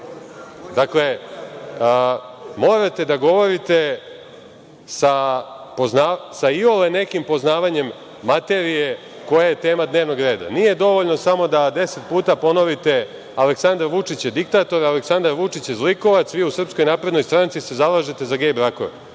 morate da govorite sa iole nekim poznavanjem materije koja je tema dnevnog reda. Nije dovoljno samo da deset puta ponovite – Aleksandar Vučić je diktator, Aleksandar Vučić je zlikovac, vi u SNS se zalažete za gej brakove.